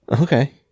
Okay